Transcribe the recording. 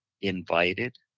invited